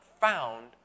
found